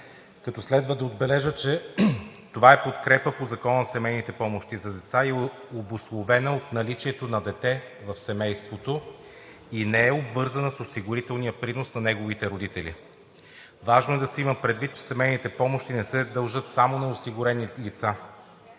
като следва да отбележа, че това е подкрепа по Закона за семейните помощи за деца и обусловена от наличието на дете в семейството и не е обвързана с осигурителния принос на неговите родители. Важно е да се има предвид, че семейните помощи не се дължат само на осигурени лица,